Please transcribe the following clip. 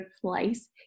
place